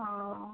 ओ